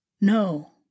no